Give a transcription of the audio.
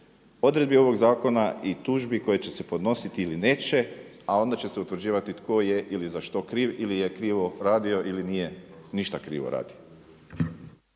odredbe ovog zakona i tužbi koje će se podnositi ili neće a onda će se utvrđivati tko je i za što kriv, ili je krivo radio ili nije ništa krivo radio.